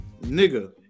nigga